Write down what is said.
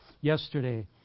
yesterday